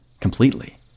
completely